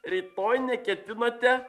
rytoj neketinate